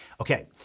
Okay